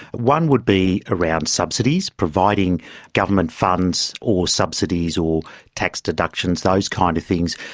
one would be around subsidies, providing government funds or subsidies or tax deductions, those kind of things,